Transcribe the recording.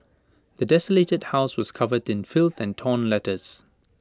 the desolated house was covered in filth and torn letters